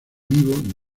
vivo